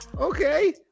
okay